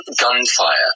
gunfire